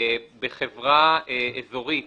בחברה אזורית